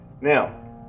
now